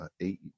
eight